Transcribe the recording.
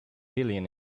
jillian